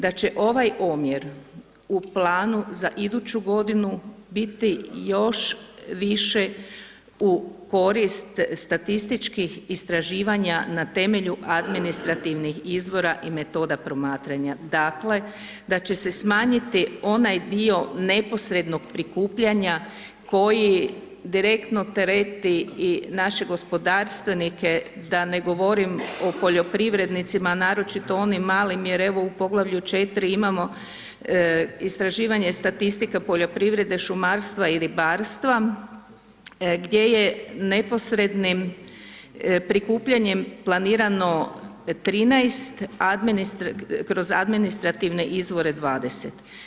Da će ovaj omjer u planu za iduću godinu biti još više u korist statističkih istraživanja na temelju administrativnih izvora i metoda promatranja, dakle, da će se smanjiti onaj dio neposrednog prikupljanja koji direktno tereti i naše gospodarstvenike, da ne govorim o poljoprivrednicima, naročito onim malim, jer evo, u poglavlju 4 imamo istraživanje statistike poljoprivrede, šumarstva i ribarstva gdje je neposrednim prikupljanjem planirano 13, kroz administrativne izvore 20.